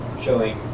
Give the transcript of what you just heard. showing